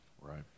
Right